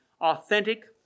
authentic